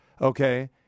okay